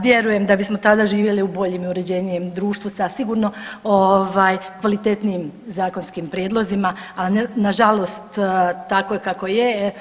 Vjerujem da bismo tada živjeli u boljem i uređenijem društvu sa sigurno kvalitetnijim zakonskim prijedlozima, ali na žalost tako je kako je.